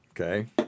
Okay